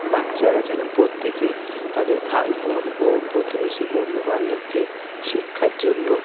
বাচ্চারা যেন প্রত্যেকেই তাদের ভাই বোন ও প্রতিবেশী বন্ধুবান্ধবকে শিক্ষার জন্য